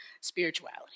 spirituality